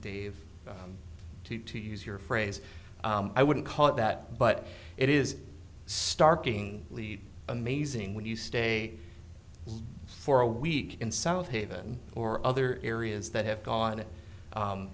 dave too to use your phrase i wouldn't call it that but it is starting lead amazing when you stay for a week in south haven or other areas that have gone